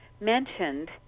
mentioned